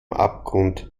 abgrund